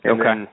Okay